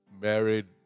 married